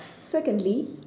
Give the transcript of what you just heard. Secondly